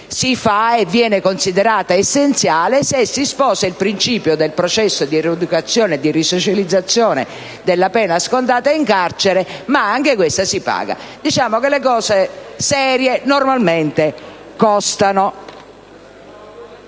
si fa e viene considerata essenziale se si sposa il principio del processo di rieducazione e risocializzazione della pena scontata in carcere, ma anche questa si paga. Diciamo che le cose serie normalmente costano.